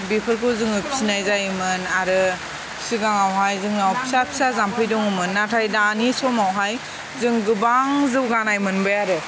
बेफोरखौ जोङो फिसिनाय जायोमोन आरो सिगाङावहाय जोंनाव फिसा फिसा जाम्फै दङमोन नाथाय दानि समावहाय जों गोबां जौगानाय मोनबाय आरो